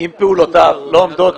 אם פעולותיו לא עומדות